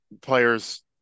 players